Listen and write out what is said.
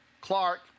Clark